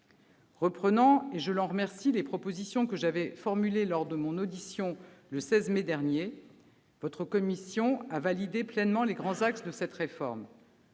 Reprenant- je l'en remercie -les propositions que j'avais formulées lors de mon audition le 16 mai dernier, votre commission a pleinement validé les grands axes de cette réforme.